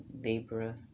libra